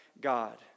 God